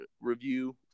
review